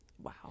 Wow